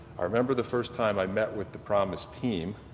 i remember the first time i met with the promis team.